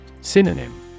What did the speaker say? Synonym